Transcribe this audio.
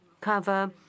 cover